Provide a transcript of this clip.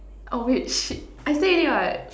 oh wait shit I say already what